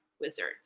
wizards